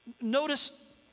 notice